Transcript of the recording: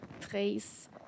trace